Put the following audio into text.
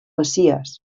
messies